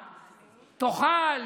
תאכל,